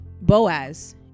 Boaz